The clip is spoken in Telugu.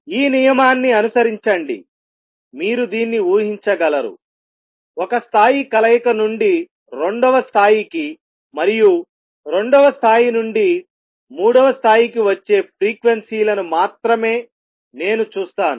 ఈ నియమాన్ని అనుసరించండి మీరు దీన్నిఊహించగలరు ఒక స్థాయి కలయిక నుండి రెండవ స్థాయికి మరియు రెండవ స్థాయి నుండి మూడవ స్థాయికి వచ్చే ఫ్రీక్వెన్సీలను మాత్రమే నేను చూస్తాను